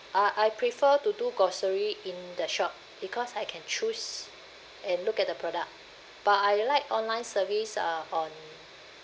I I prefer to do grocery in the shop because I can choose and look at the product but I like online service are on